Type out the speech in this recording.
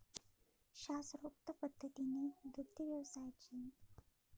शास्त्रोक्त पद्धतीने दुग्ध व्यवसायाचे व्यवस्थापन करून भारतीय पशुपालकांचे उत्पन्न वाढवा